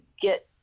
get